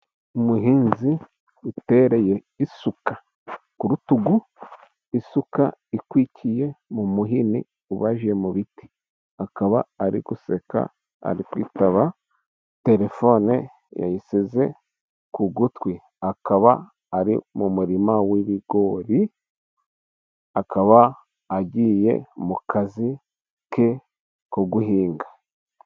Umuhinzi utereye isuka ku rutugu, isuka ikwikiye mu muhini ubaje mu biti, akaba ari guseka ari kwitaba telefone yayishyize ku gutwi, akaba ari mu murima w'ibigori, akaba agiye mu kazi ke ko guhinga.